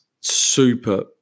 super